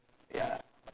ya